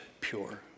pure